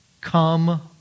Come